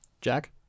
Jack